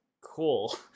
cool